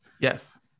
Yes